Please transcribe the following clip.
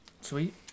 sweet